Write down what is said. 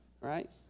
right